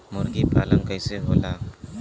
मुर्गी पालन कैसे होला?